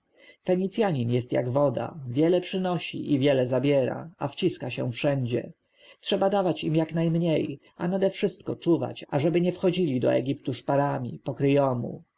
fenicjanin jest jak woda wiele przynosi i wiele zabiera a wciska się wszędzie trzeba dawać im jak najmniej a nadewszystko czuwać ażeby nie wchodzili do egiptu szparami pokryjomu